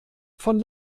von